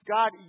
God